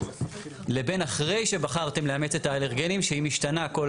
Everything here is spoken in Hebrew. לבין אחרי שבחרתם לאמץ את האלרגנים שהיא משתנה כל